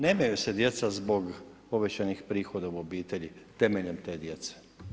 Nemaju se djeca zbog povećanih prihoda u obitelji, temeljem te djece.